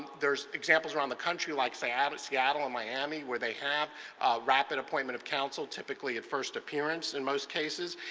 there are examples across um the country like seattle seattle and miami where they have rapid appointment of counsel typically at first appearance in most cases.